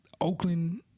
Oakland